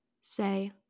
say